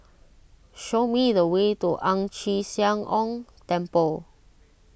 show me the way to Ang Chee Sia Ong Temple